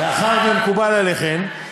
מאחר שמקובל עליכן,